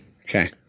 Okay